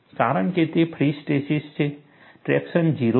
કારણ કે તે ફ્રી સરફેસ છે ટ્રેક્શન 0 છે